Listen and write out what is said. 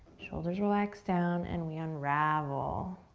shoulders relax down and we unravel.